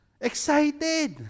Excited